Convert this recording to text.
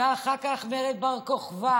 ואחר כך מרד בר-כוכבא.